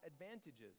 advantages